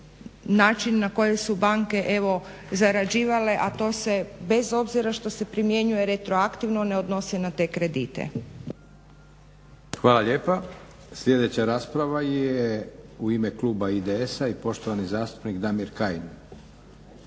način na koji su banke zarađivale, a to se bez obzira što se primjenjuje retroaktivno ne odnosi na te kredite. **Leko, Josip (SDP)** Hvala lijepa. Sljedeća rasprava je u ime kluba IDS-a i poštovani zastupnik Damir Kajin.